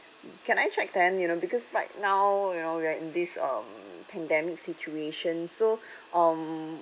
can I check then you know because right now you know we are in this um pandemic situation so um